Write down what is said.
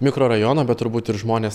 mikrorajoną bet turbūt ir žmones